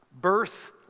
birth